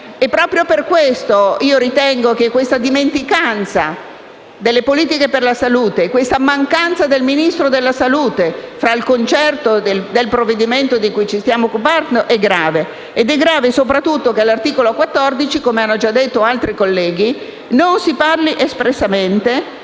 2. Proprio per questo ritengo che la dimenticanza delle politiche per la salute e la mancanza del Ministro della salute, nell'ambito del provvedimento di cui ci stiamo occupando, sia grave. Ed è grave soprattutto il fatto che all'articolo 14 - come hanno già detto altri colleghi - non si parli espressamente